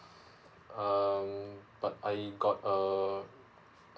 um but I got uh um